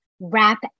wrap